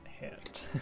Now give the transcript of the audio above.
hit